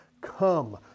Come